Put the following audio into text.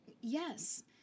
Yes